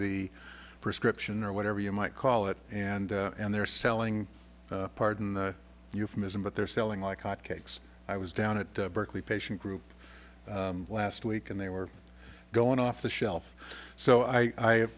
the prescription or whatever you might call it and and they're selling pardon the euphemism but they're selling like hotcakes i was down at berkeley patient group last week and they were going off the shelf so i